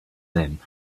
them